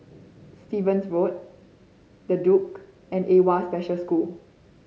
Stevens Road The Duke and AWWA Special School